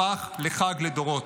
הפך לחג לדורות.